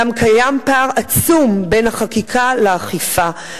אולם קיים פער עצום בין החקיקה לאכיפה.